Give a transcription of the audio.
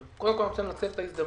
קודם כל, אני רוצה לנצל את ההזדמנות